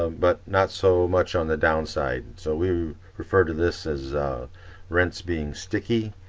um but not so much on the downside. so we refer to this as rents being sticky,